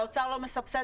והאוצר לא מסבסד,